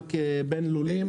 למרחק בין לולים.